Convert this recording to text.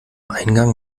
eingang